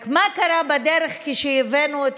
רק מה קרה בדרך, כשהבאנו את